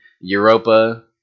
Europa